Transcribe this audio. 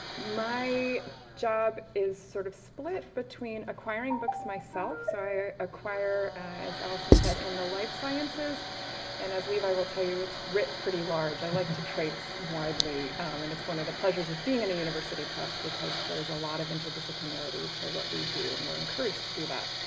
my job is sort of split between acquiring books myself, so i acquire as allison said, in the life sciences and as levi will tell you, it's writ pretty large, i like to traipse widely and it's one of the pleasures of being in a university press because there's a lot of interdisciplinarity to what we do, and we're encouraged to do that.